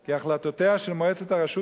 כי החלטותיה של מועצת הרשות,